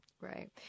Right